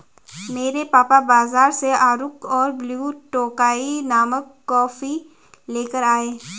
मेरे पापा बाजार से अराकु और ब्लू टोकाई नामक कॉफी लेकर आए